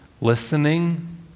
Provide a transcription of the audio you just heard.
listening